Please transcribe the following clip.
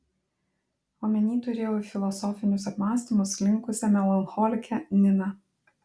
omeny turėjau į filosofinius apmąstymus linkusią melancholikę niną